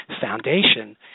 foundation